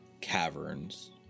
caverns